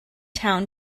town